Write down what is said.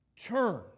Turn